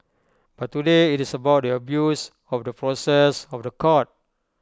but today IT is about the abuse of the process of The Court